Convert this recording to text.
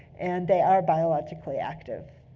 and they are biologically active.